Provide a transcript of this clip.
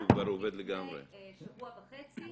לפני שבוע וחצי